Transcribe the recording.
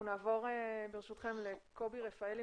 אנחנו נעבור ברשותכם לקובי רפאלי,